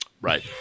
Right